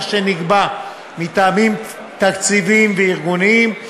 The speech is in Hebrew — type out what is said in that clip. שנקבע מטעמים תקציביים וארגוניים.